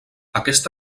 aquest